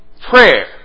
Prayer